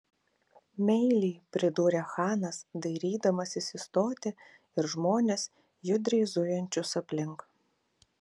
meiliai pridūrė chanas dairydamasis į stotį ir žmones judriai zujančius aplink